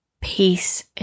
peace